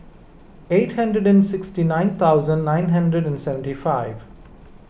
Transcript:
eight hundred and sixty nine thousand nine hundred and seventy five